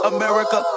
America